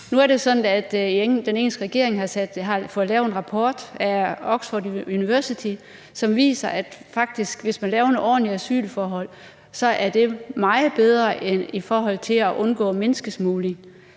at den engelske regering har fået lavet en rapport af University of Oxford, som viser, at hvis man laver nogle ordentlige asylforhold, er det faktisk meget bedre i forhold til at undgå menneskesmugling.